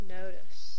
notice